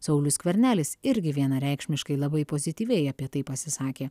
saulius skvernelis irgi vienareikšmiškai labai pozityviai apie tai pasisakė